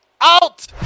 Out